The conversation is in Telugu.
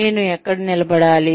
నేను ఎక్కడ నిలబడాలి